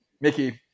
Mickey